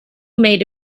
made